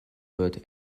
wird